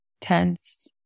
tense